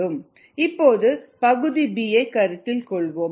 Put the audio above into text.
இப்போது பகுதி b ஐ கருத்தில் கொள்வோம்